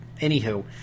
anywho